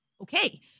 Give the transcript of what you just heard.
Okay